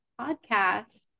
podcast